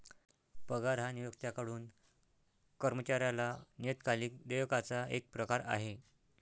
पगार हा नियोक्त्याकडून कर्मचाऱ्याला नियतकालिक देयकाचा एक प्रकार आहे